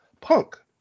Punk